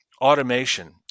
automation